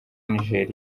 algeria